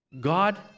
God